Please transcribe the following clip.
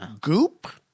goop